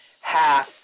Half